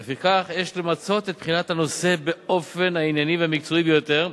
ולפיכך יש למצות את בחינת הנושא באופן הענייני והמקצועי ביותר,